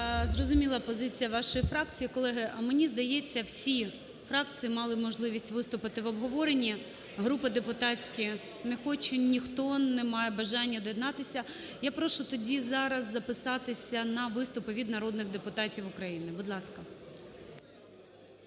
Зрозуміла позиція вашої фракції. Колеги, мені здається, всі фракції мали можливість виступити в обговоренні. Групи депутатські, не хоче ніхто, немає бажання доєднатися? Я прошу тоді зараз записатися на виступи від народних депутатів України, будь ласка.